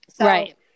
Right